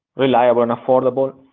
reliable and affordable,